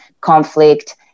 conflict